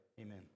Amen